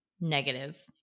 negative